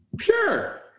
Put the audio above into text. Sure